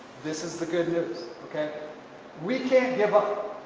this is the good news okay we can't give up,